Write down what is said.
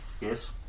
yes